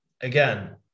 again